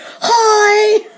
hi